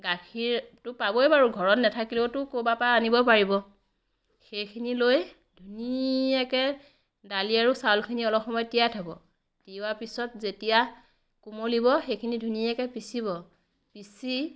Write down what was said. গাখীৰটো পাবই বাৰু ঘৰত নেথাকিলেওতো ক'ৰবাৰ পৰা আনিব পাৰিব সেইখিনি লৈ ধুনীয়াকৈ দালি আৰু চাউলখিনি অলপ সময় তিয়াই থ'ব তিওৱা পিছত যেতিয়া কুমলিব সেইখিনি ধুনীয়াকৈ পিচিব পিচি